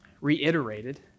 reiterated